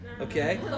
okay